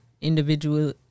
individual